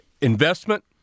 Investment